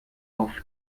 auf